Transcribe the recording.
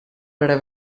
era